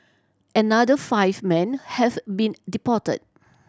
another five men have been deported